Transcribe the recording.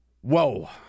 Whoa